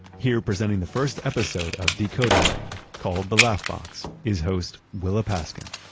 here presenting the first episode of decoder ring called the laugh box is host willa paskin